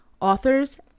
authors